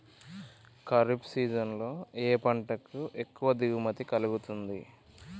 Kharif season లో ఏ పంట కి ఎక్కువ దిగుమతి కలుగుతుంది?